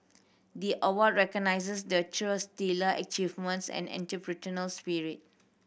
the award recognises the trio's stellar achievements and entrepreneurial spirit